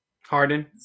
Harden